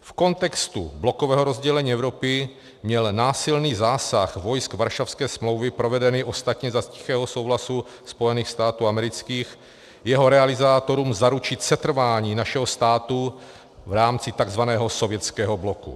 V kontextu blokového rozdělení Evropy měl násilný zásah vojsk Varšavské smlouvy, provedený ostatně za tichého souhlasu Spojených států amerických, jeho realizátorům zaručit setrvání našeho státu v rámci takzvaného sovětského bloku.